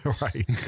Right